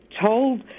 told